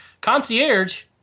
concierge